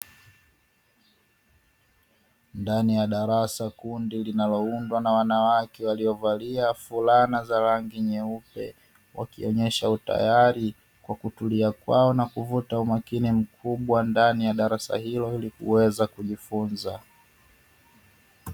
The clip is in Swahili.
Ndani ya darasa kundi linaloundwa na wanawake waliovalia fulana za rangi nyeupe, wakionyesha utayari kwa kutulia kwao na kuvuta umakini mkubwa ndani ya darasa hilo ili kuweza kujifunza.